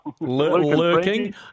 lurking